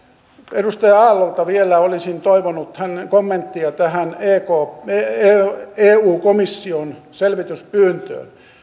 edustaja aallolta vielä olisin toivonut kommenttia tähän eu komission selvityspyyntöön